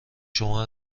شما